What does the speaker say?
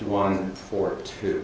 one for two